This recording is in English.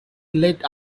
late